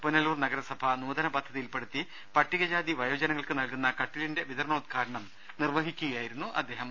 പുനലൂർ നഗരസഭ നൂതന പദ്ധതിയിൽ പെടുത്തി പട്ടികജാതി വയോജനങ്ങൾക്ക് നൽകുന്ന കട്ടിലിന്റെ വിതരണോദ്ഘാടനം നിർവഹിക്കുകയായിരുന്നു അദ്ദേഹം